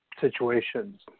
situations